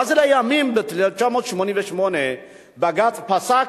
ואז, לימים, ב-1988, בג"ץ פסק.